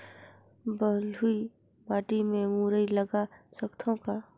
बलुही माटी मे मुरई लगा सकथव का?